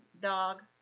dog